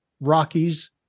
Rockies